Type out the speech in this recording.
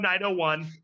901